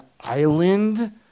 island